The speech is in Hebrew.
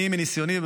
מניסיוני,